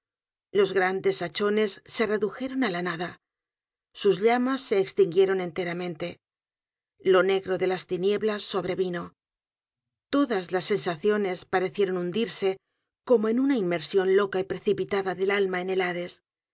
los grandes hachones se redujeron á la nada sus llamas se extinguieron enteramente lo negro de las tinieblas sobrevino todas las sensaciones parecieron hundirse el pozo y el péndulo como en una inmersión loca y precipitada del alma en